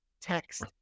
text